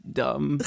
dumb